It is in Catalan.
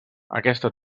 aquesta